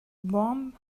warm